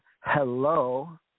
Hello